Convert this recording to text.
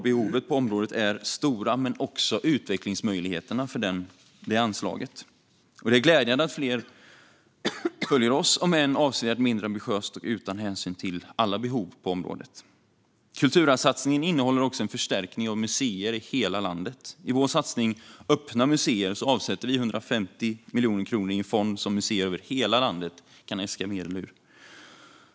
Behoven på området är stora men också utvecklingsmöjligheterna. Det är glädjande att fler nu följer oss, om än avsevärt mindre ambitiöst och utan hänsyn till alla behov på området. Kulturarvssatsningen innehåller också en förstärkning av museer i hela landet. För vår satsning på öppna museer avsätter vi 150 miljoner kronor i en fond som museer i hela landet kan äska medel ur.